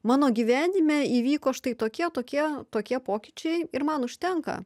mano gyvenime įvyko štai tokie tokie tokie pokyčiai ir man užtenka